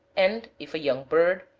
and, if a young bird,